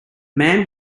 man